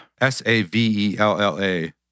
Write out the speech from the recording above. S-A-V-E-L-L-A